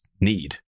need